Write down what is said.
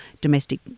domestic